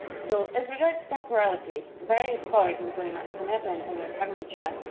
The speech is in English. so as regards temporality, various scholars, including matt canepa and omar harmansah,